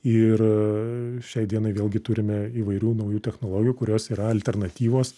ir šiai dienai vėlgi turime įvairių naujų technologijų kurios yra alternatyvos